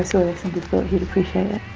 sort of this and thought he'd appreciate it.